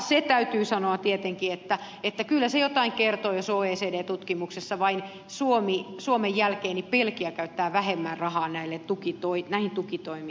se täytyy sanoa tietenkin että kyllä se jotain kertoo jos oecdn tutkimuksessa suomen jälkeen vain belgia käyttää vähemmän rahaa näihin tukitoimiin